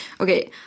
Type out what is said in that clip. Okay